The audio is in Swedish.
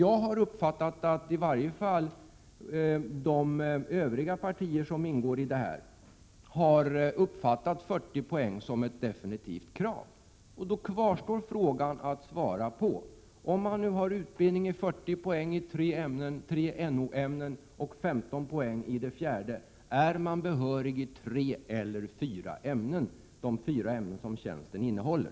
Jag har förstått det hela så, att de övriga partier som är med om förslaget på denna punkt har uppfattat 40 poäng som ett definitivt krav. Då kvarstår frågan: Om man har utbildning med 40 poäng i tre NO-ämnen 49 och 15 poäng i ett fjärde ämne, är man då behörig i tre eller fyra ämnen — de fyra ämnen som tjänsten innehåller?